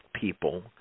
people